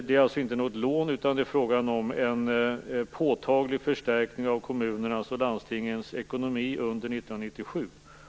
Det är alltså inte något lån, utan det är fråga om en påtaglig förstärkning av kommunernas och landstingens ekonomi under 1997.